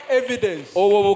evidence